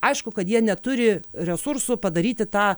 aišku kad jie neturi resursų padaryti tą